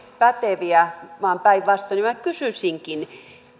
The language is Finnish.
päteviä vaan päinvastoin minä kysyisinkin